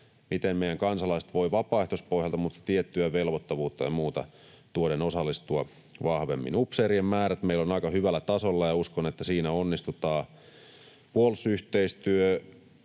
miten meidän kansalaiset voivat vapaaehtoispohjalta mutta tiettyä velvoittavuutta ja muuta tuoden osallistua vahvemmin. Upseerien määrät meillä ovat aika hyvällä tasolla, ja uskon, että siinä onnistutaan. Puolustusyhteistyön